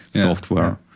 software